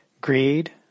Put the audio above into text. greed